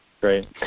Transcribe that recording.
Great